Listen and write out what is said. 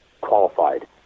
qualified